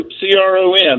C-R-O-N